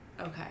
Okay